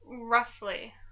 roughly